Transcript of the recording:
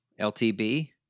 LTB